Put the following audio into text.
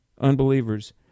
unbelievers